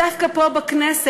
דווקא פה בכנסת,